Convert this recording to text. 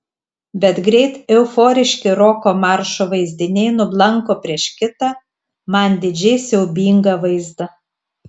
bet greit euforiški roko maršo vaizdiniai nublanko prieš kitą man didžiai siaubingą vaizdą